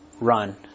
run